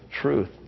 truth